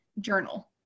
journal